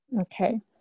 Okay